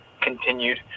continued